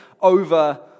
over